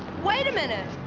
wait a minute!